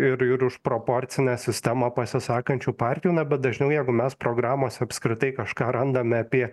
ir ir už proporcinę sistemą pasisakančių partijų na bet dažniau jeigu mes programos apskritai kažką randame apie